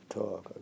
talk